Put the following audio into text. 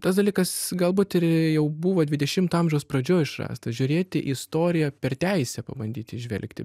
tas dalykas galbūt ir jau buvo dvidešimto amžiaus pradžioj išrastas žiūrėti į istoriją per teisę pabandyti įžvelgti